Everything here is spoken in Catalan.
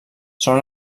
són